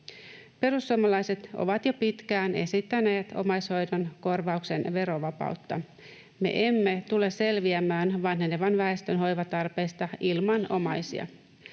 Perussuomalaiset ovat jo pitkään esittäneet omaishoidon korvauksen verovapautta. Me emme tule selviämään vanhenevan väestön hoivatarpeesta ilman omaisia.